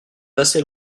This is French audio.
assez